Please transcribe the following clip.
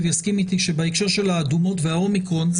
יסכים אתי שבהקשר של המדינות האדומות וה-אומיקרון,